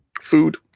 Food